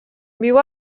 viu